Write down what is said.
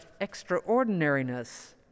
extraordinariness